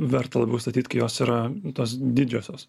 verta labiau statyt kai jos yra tos didžiosios